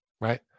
right